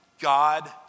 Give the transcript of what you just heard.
God